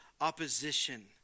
opposition